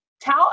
tell